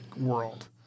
world